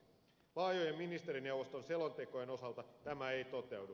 laajojen ministerineuvoston selontekojen osalta tämä ei toteudu